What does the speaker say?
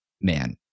man